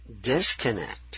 disconnect